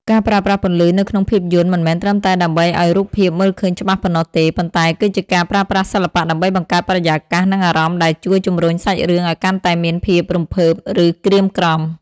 ការប្រើប្រាស់ពន្លឺនៅក្នុងភាពយន្តមិនមែនត្រឹមតែដើម្បីឱ្យរូបភាពមើលឃើញច្បាស់ប៉ុណ្ណោះទេ ប៉ុន្តែគឺជាការប្រើប្រាស់សិល្បៈដើម្បីបង្កើតបរិយាកាស និងអារម្មណ៍ដែលជួយជម្រុញសាច់រឿងឱ្យកាន់តែមានភាពរំភើប ឬក្រៀមក្រំ។